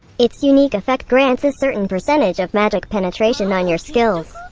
its unique effect grants a certain percentage of magic penetration on your skills.